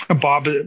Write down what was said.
Bob